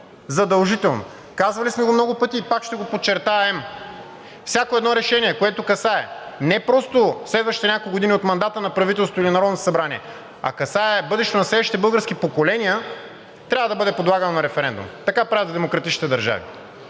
задължително. Казвали сме го много пъти и пак ще го подчертаем: всяко едно решение, което касае не просто следващите няколко години от мандата на правителството или Народното събрание, а касае бъдещето на следващите български поколения – трябва да бъде подлагано на референдум. Така правят демократичните държави.